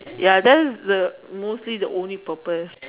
ya then the mostly the only purpose